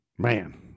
Man